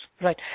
Right